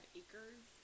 acres